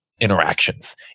interactions